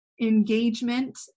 engagement